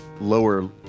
lower